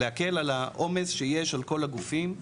להקל על העומס שיש על כל הגופים,